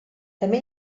també